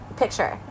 picture